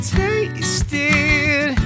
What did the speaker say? tasted